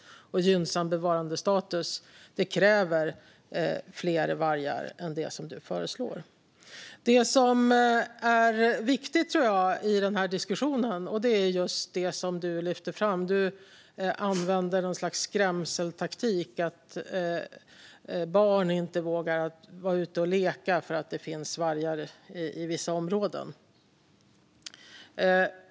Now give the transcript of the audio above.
Och gynnsam bevarandestatus kräver fler vargar än det som du föreslår. Det som jag tror är viktigt i denna diskussion är just det som du lyfte fram. Du använde något slags skrämseltaktik och sa att barn inte vågar vara ute och leka för att det finns vargar i vissa områden.